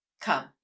come